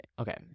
okay